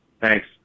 Thanks